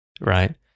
Right